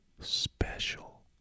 special